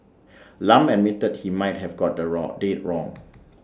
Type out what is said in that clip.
Lam admitted he might have got the wrong date wrong